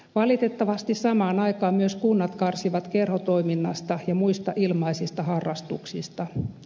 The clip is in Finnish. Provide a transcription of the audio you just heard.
valitettavasti samaan aikaan myös kunnat karsivat kerhotoimintaa ja muita ilmaisia harrastuksia